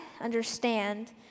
understand